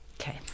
Okay